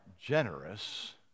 generous